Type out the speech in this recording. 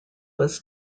was